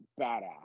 badass